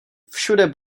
všude